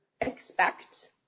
expect